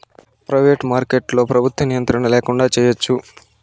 private మార్కెట్లో ప్రభుత్వ నియంత్రణ ల్యాకుండా చేయచ్చు